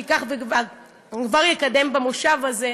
שייקח והוא כבר יקדם במושב הזה,